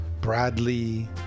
Bradley